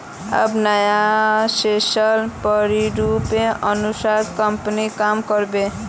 अब नया सेल्स प्रतिरूपेर अनुसार कंपनी काम कर बे